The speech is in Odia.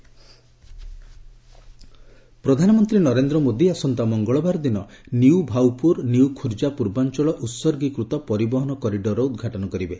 ପିଏମ୍ ଫ୍ରେଟ୍ କରିଡର୍ ପ୍ରଧାନମନ୍ତ୍ରୀ ନରେନ୍ଦ୍ର ମୋଦି ଆସନ୍ତା ମଙ୍ଗଳବାର ଦିନ ନିୟୁ ଭାଉପୁର ନିୟୁ ଖୁର୍ଜା ପୂର୍ବାଞ୍ଚଳ ଉତ୍ଗୀକୃତ ପରିବହନ କରିଡର୍ର ଉଦ୍ଘାଟନ କରିବେ